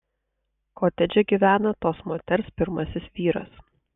kotedže gyvena tos moters pirmasis vyras